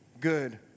good